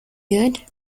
good